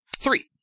Three